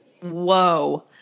Whoa